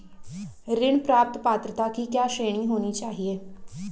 ऋण प्राप्त पात्रता की क्या श्रेणी होनी चाहिए?